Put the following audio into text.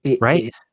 Right